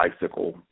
bicycle